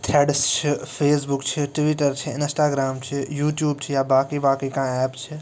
threads چھِ Facebook چھِ Twitter چھِ اِنَسٹاگرٛام چھِ یوٗٹیوٗب چھِ یا باقٕے باقٕے کانٛہہ ایپ چھِ